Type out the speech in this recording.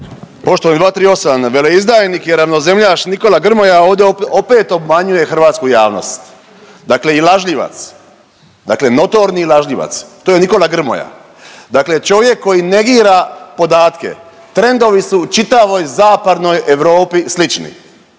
Poštovani 238. veleizdajnik i ravnozemljaš Nikola Grmoja ovdje opet obmanjuje hrvatsku javnost, dakle i lažljivac, dakle notorni lažljivac. To je Nikola Grmoja. Dakle, čovjek koji negira podatke. Trendovi su u čitavoj Zapadnoj Europi slični,